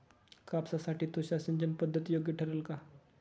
कापसासाठी तुषार सिंचनपद्धती योग्य ठरेल का?